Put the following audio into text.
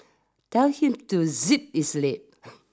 tell him to zip his lip